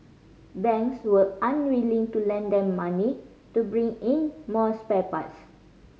banks were unwilling to lend them money to bring in more spare parts